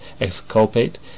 exculpate